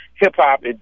hip-hop